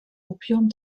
opium